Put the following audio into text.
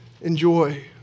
enjoy